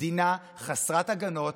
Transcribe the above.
מדינה חסרת הגנות,